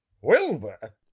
Wilbur